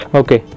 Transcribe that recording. okay